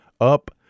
up